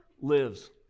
lives